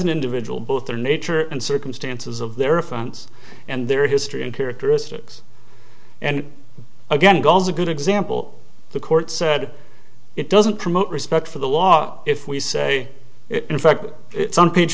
an individual both their nature and circumstances of their offense and their history and characteristics and again goes a good example the court said it doesn't promote respect for the law if we say it in fact it's on pa